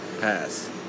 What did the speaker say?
pass